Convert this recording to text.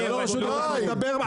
אני משלים שנייה.